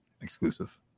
exclusive